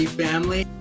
family